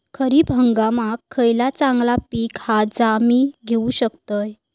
खरीप हंगामाक खयला चांगला पीक हा जा मी घेऊ शकतय?